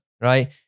Right